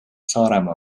saaremaa